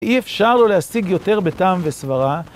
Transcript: אי אפשר לא להשיג יותר בטעם וסברה.